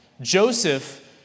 Joseph